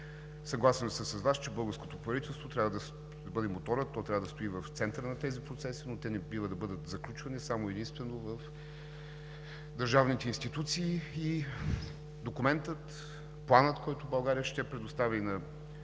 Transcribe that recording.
Съгласен съм с Вас, че българското правителство трябва да бъде моторът, то трябва да стои в центъра на тези процеси, но те не бива да бъдат заключвани само и единствено в държавните институции. Документът, планът, който България ще предостави на